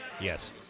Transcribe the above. Yes